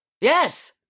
Yes